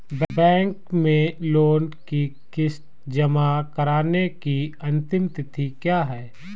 Bank में loan की किश्त जमा कराने की अंतिम तिथि क्या है?